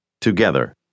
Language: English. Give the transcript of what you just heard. together